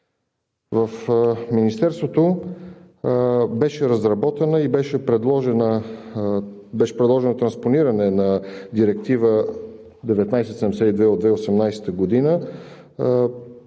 В Министерството беше разработена и беше предложено транспониране на Директива (ЕС) 2018/1972.